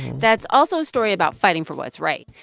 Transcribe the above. that's also a story about fighting for what's right,